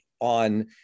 On